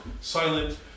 silent